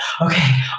okay